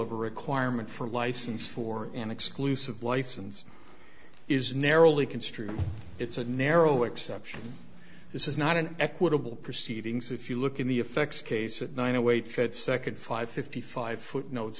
a requirement for a license for an exclusive license is narrowly construed it's a narrow exception this is not an equitable proceedings if you look at the effects case at nine o eight fed second five fifty five footnotes